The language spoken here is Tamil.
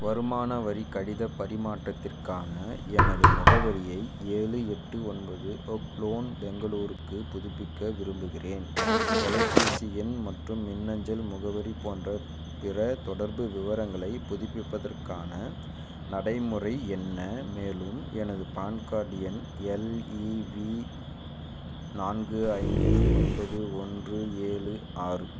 வருமான வரி கடிதப் பரிமாற்றத்திற்காக எனது முகவரியை ஏழு எட்டு ஒன்பது ஓக் லோன் பெங்களூருக்கு புதுப்பிக்க விரும்புகின்றேன் தொலைபேசி எண் மற்றும் மின்னஞ்சல் முகவரி போன்ற பிற தொடர்பு விவரங்களைப் புதுப்பிப்பதற்கான நடைமுறை என்ன மேலும் எனது பேன் கார்டு எண் எல்இவி நான்கு ஐந்து ஒன்பது ஒன்று ஏழு ஆறு